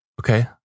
Okay